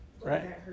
Right